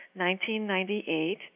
1998